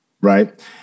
right